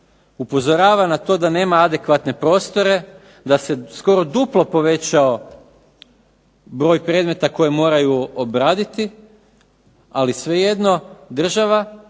upozorava na to da nema adekvatne prostore, da se skoro duplo povećao broj predmeta koje moraju obraditi, ali svejedno država,